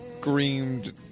screamed